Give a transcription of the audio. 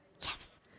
Yes